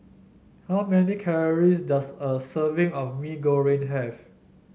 how many calories does a serving of Mee Goreng have